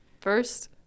First